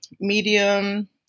medium